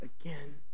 again